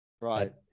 Right